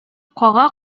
кага